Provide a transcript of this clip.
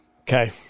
Okay